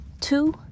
two